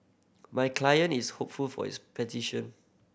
my client is hopeful for his petition